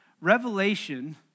Revelation